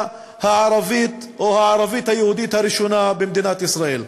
הערבית או הערבית-יהודית הראשונה במדינת ישראל.